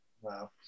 wow